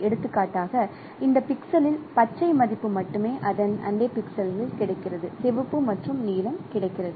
எடுத்துக்காட்டாக இந்த பிக்சலில் பச்சை மதிப்பு மட்டுமே அதன் நெய்போர் பிக்சல்களில் கிடைக்கிறது சிவப்பு மற்றும் நீலம் கிடைக்கிறது